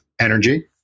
Energy